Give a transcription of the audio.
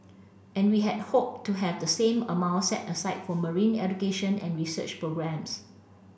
and we had hoped to have the same amount set aside for marine education and research programmes